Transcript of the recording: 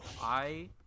I-